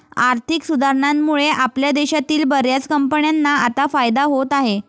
आर्थिक सुधारणांमुळे आपल्या देशातील बर्याच कंपन्यांना आता फायदा होत आहे